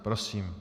Prosím.